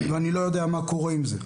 ואני לא יודע מה קורה עם זה,